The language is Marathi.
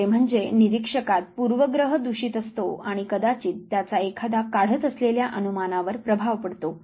दुसरे म्हणजे निरीक्षकात पूर्वग्रह दूषित असतो आणि कदाचित त्याचा एखादा काढत असलेल्या अनुमानवर प्रभाव पडतो